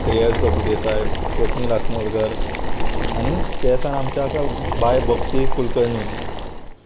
श्रेयश प्रभुदेसाय स्वपनील आसनोडकर आनी चेसान आमचे आसा बाय भक्ती कुलकर्णी